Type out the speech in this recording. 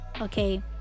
Okay